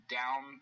down